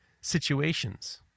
situations